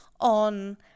on